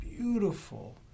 beautiful